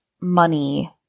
money